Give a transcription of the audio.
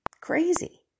Crazy